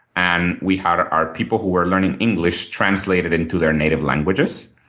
and we had our people who were learning english translate it into their native languages.